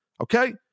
okay